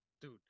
dude